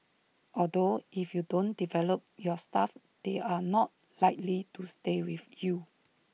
although if you don't develop your staff they are not likely to stay with you